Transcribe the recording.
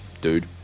dude